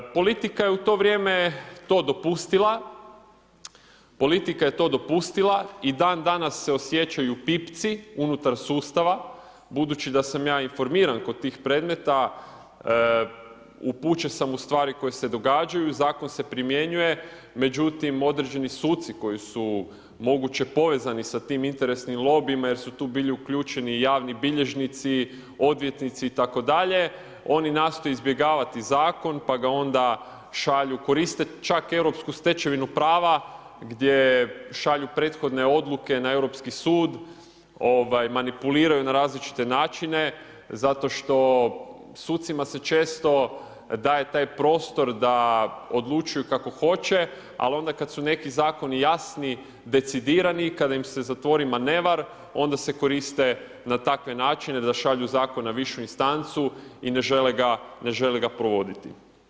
Politika je u to vrijeme to dopustila, politika je to dopustila i dan danas se osjećaju pipci unutar sustava, budući da sam ja informiran kod tih predmeta, upućen sam u stvari koje se događaju, zakon se primjenjuje, međutim određeni suci koji su moguće povezani s tim interesnim lobijima jer su tu bili uključeni javni bilježnici, odvjetnici itd. oni nastoje izbjegavati zakon pa ga onda šalju, koriste čak europsku stečevinu prava gdje šalju prethodne odluke na europski sud, manipuliraju na različite načine zato što sucima se često daje taj prostor da odlučuju kako hoće, al onda kad su neki zakoni jasni, decidirani i kada im se zatvori manevar onda se koriste na takve načine da šalju zakon na višu instancu i ne žele ga provoditi.